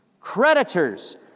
Creditors